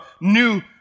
new